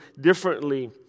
differently